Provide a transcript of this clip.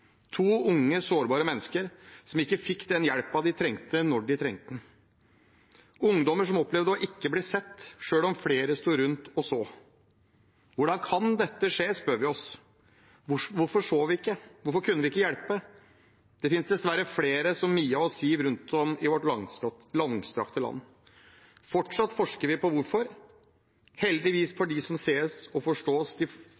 to unge, sårbare mennesker som ikke fikk den hjelpen de trengte da de trengte den, ungdommer som opplevde å ikke bli sett, selv om flere sto rundt og så. Hvordan kan dette skje, spør vi oss. Hvorfor så vi ikke? Hvorfor kunne vi ikke hjelpe? Det finnes dessverre flere som Mia og Siw rundt om i vårt langstrakte land. Fortsatt forsker vi på hvorfor. Heldigvis for dem sees og forståes de